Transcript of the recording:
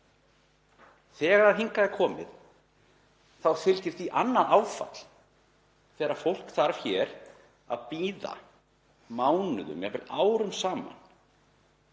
Þegar hingað er komið fylgir því annað áfall þegar fólk þarf hér að bíða mánuðum, jafnvel árum saman